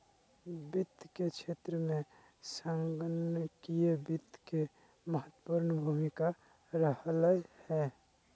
वित्त के क्षेत्र में संगणकीय वित्त के महत्वपूर्ण भूमिका रहलय हें